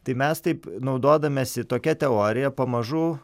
tai mes taip naudodamiesi tokia teorija pamažu